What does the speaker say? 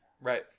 Right